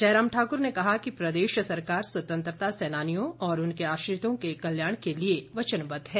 जयराम ठाक्र ने कहा कि प्रदेश सरकार स्वतंत्रता सेनानियों और उनके आश्रितों के कल्याण के लिए वचनबद्ध है